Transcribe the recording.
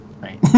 right